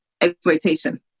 exploitation